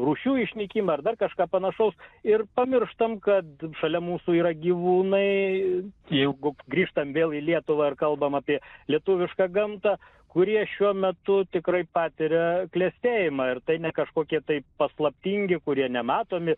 rūšių išnykimą ar dar kažką panašaus ir pamirštam kad šalia mūsų yra gyvūnai jeigu grįžtam vėl į lietuvą ir kalbam apie lietuvišką gamtą kurie šiuo metu tikrai patiria klestėjimą ir tai ne kažkokie tai paslaptingi kurie nematomi